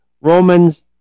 Romans